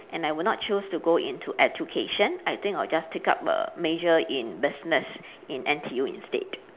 and I would not choose to go into education I think I would just take up a major in business in N_T_U instead